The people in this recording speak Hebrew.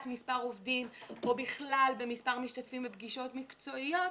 מספר עובדים או בכלל במספר משתתפים בפגישות מקצועיות,